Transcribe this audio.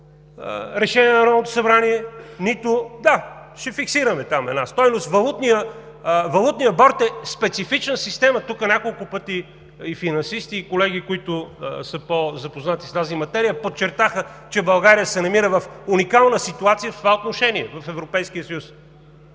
решение на Народното събрание, нито… Да, ще фиксираме там една стойност… Валутният борд е специфична система. Тук няколко пъти и финансисти, и колеги, които са по запознати с тази материя, подчертаха, че България се намира в уникална ситуация в това отношение в Европейския съюз.